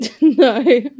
No